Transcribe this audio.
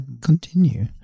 continue